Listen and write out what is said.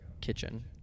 kitchen